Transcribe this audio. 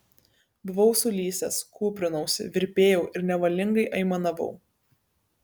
buvau sulysęs kūprinausi virpėjau ir nevalingai aimanavau